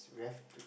we have to